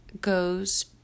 goes